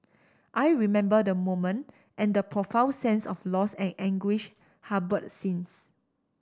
I remember the moment and the profound sense of loss and anguish harboured since